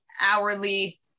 hourly